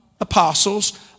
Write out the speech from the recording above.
apostles